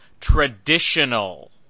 traditional